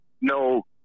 no